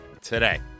today